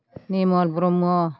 Nirmal Brahma